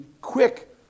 quick